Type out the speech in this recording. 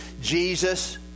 Jesus